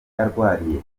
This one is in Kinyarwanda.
arwariye